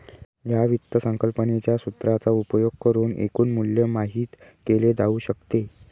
या वित्त संकल्पनेच्या सूत्राचा उपयोग करुन एकूण मूल्य माहित केले जाऊ शकते